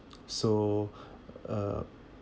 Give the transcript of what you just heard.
so uh